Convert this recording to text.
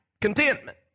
Contentment